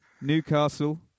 Newcastle